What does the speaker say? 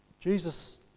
Jesus